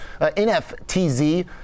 NFTZ